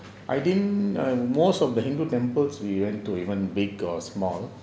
I think err most of the hindu temples we went to even big or small